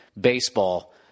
baseball